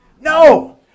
No